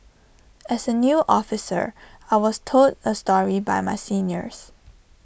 as A new officer I was told A story by my seniors